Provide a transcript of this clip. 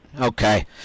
okay